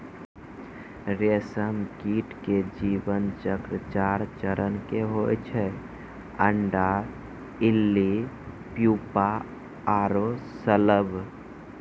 रेशम कीट के जीवन चक्र चार चरण के होय छै अंडा, इल्ली, प्यूपा आरो शलभ